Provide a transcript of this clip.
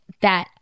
that-